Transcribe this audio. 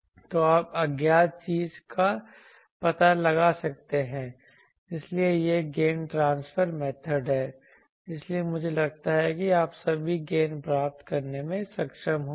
तो आप अज्ञात चीज का पता लगा सकते हैं इसलिए यह गेन ट्रांसफर मेथड है इसलिए मुझे लगता है कि आप सभी गेन प्राप्त करने में सक्षम होंगे